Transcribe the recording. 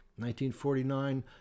1949